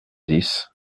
dix